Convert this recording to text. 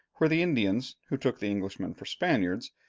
where the indians, who took the englishmen for spaniards,